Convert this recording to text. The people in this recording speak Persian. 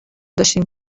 داشتیم